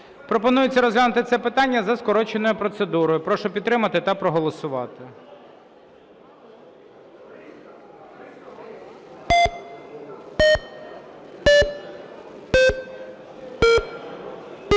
Пропонується розглянути це питання за скороченою процедурою. Прошу підтримати та проголосувати.